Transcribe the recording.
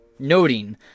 Noting